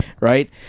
right